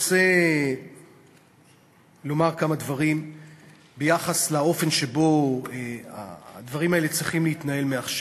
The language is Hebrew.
רוצה לומר כמה דברים ביחס לאופן שבו הדברים האלה צריכים להתנהל מעכשיו.